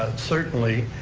certainly,